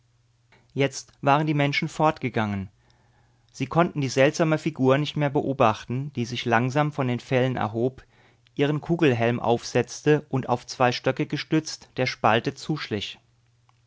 jetzt waren die menschen fortgegangen sie konnten die seltsame figur nicht mehr beobachten die sich langsam von den fellen erhob ihren kugelhelm aufsetzte und auf zwei stöcke gestützt der spalte zuschlich